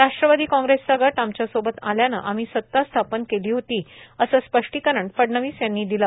राष्ट्रवादी काँग्रेसचा गट आमच्यासोबत आल्यानं आम्ही सत्ता स्थापन केली होती असं स्पष्टीकरण देवेंद्र फडणवीस यांनी दिलं